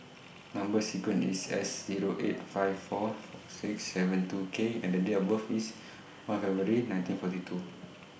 Number sequence IS S Zero eight five four four six seven two K and The Date of birth IS one February nineteen forty two